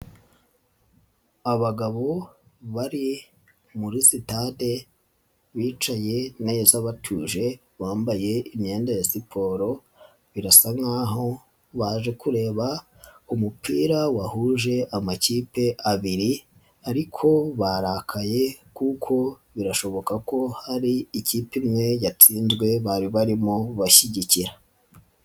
Abagabo bari muri sitade bicaye neza batuje. Bambaye imyenda ya siporo, birasa nk'aho baje kureba umupira wahuje amakipe abiri ariko barakaye kuko birashoboka ko hari ikipe imwe yatsinzwe bari barimo gushyigikira.